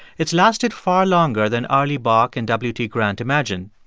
it's lasted far longer than arlie bock and w t. grant imagined.